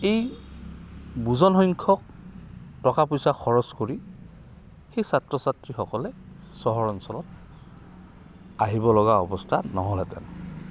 এই বোজন সংখ্যক টকা পইচা খৰচ কৰি সেই ছাত্ৰ ছাত্ৰীসকলে চহৰ অঞ্চলত আহিব লগা অৱস্থা নহ'লহেঁতেন